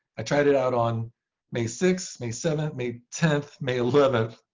i tried it out on may six, may seven, may ten, may eleven.